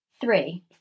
three